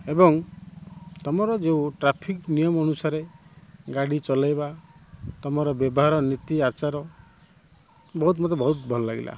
ଏବଂ ତମର ଯେଉଁ ଟ୍ରାଫିକ୍ ନିୟମ ଅନୁସାରେ ଗାଡ଼ି ଚଲାଇବା ତମର ବ୍ୟବହାର ନୀତି ଆଚାର ବହୁତ ମୋତେ ବହୁତ ଭଲ ଲାଗିଲା